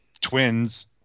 twins